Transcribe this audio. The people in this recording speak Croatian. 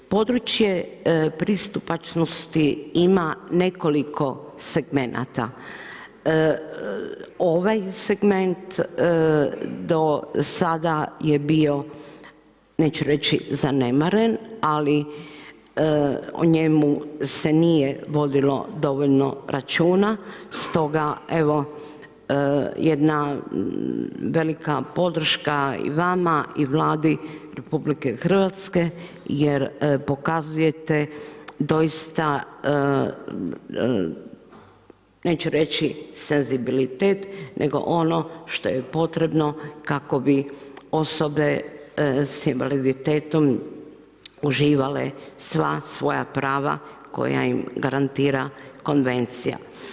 Područje pristupačnosti ima nekoliko segmenata, ovaj segment do sada je bio neću reći zanemaren ali o njemu se nije vodilo dovoljno računa stoga evo, jedna velika podrška i vama i Vladi RH jer pokazujete doista neću reći, senzibilitet, nego ono što je potrebno kako bi osobe s invaliditetom uživale sva svoja prava koja im garantira konvencija.